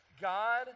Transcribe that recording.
God